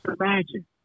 imagine